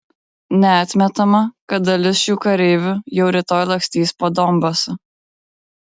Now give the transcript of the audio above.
neatmetama kad dalis šių kareivų jau rytoj lakstys po donbasą